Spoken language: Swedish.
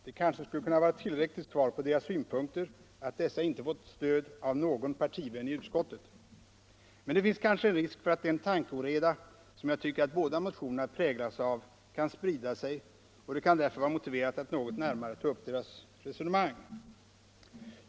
Det kanske skulle kunna vara tillräckligt svar på deras synpunkter att dessa inte fått stöd av någon partivän i utskottet. Men det finns kanske en risk för att den tankeoreda, som jag tycker att båda motionerna präglas av, kan sprida sig och det kan därför vara motiverat att något närmare ta upp deras resonemang.